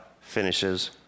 finishes